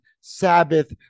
Sabbath